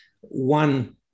one